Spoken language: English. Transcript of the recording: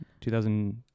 2000